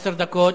עשר דקות.